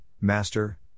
Master